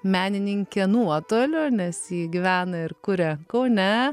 menininke nuotoliu nes ji gyvena ir kuria kaune